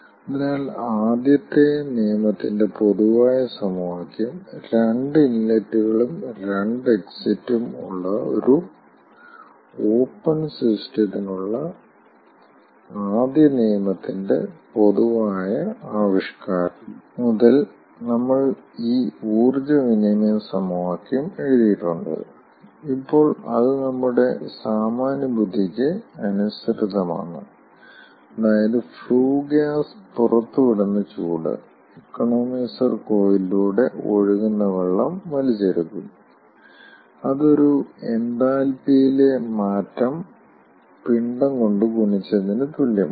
അതിനാൽ ആദ്യത്തെ നിയമത്തിന്റെ പൊതുവായ സമവാക്യം രണ്ട് ഇൻലെറ്റുകളും രണ്ട് എക്സിറ്റും ഉള്ള ഒരു ഓപ്പൺ സിസ്റ്റത്തിനുള്ള ആദ്യ നിയമത്തിന്റെ പൊതുവായ ആവിഷ്കാരം മുതൽ നമ്മൾ ഈ ഊർജ്ജ വിനിമയ സമവാക്യം എഴുതിയിട്ടുണ്ട് ഇപ്പോൾ അത് നമ്മുടെ സാമാന്യബുദ്ധിക്ക് അനുസൃതമാണ് അതായത് ഫ്ലൂ ഗ്യാസ് പുറത്തുവിടുന്ന ചൂട് ഇക്കണോമൈസർ കോയിലിലൂടെ ഒഴുകുന്ന വെള്ളം വലിച്ചെടുക്കുംഅത് എൻതാൽപ്പിയിലെ മാറ്റം പിണ്ഡം കൊണ്ട് ഗുണിച്ചതിന് തുല്യമാണ്